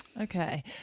Okay